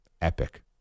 epic